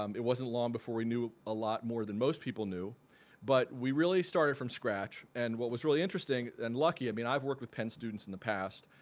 um it wasn't long before we knew a lot more than most people knew but we really started from scratch and what was really interesting and lucky i mean i've worked with penn students in the past,